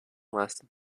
lasted